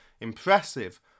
impressive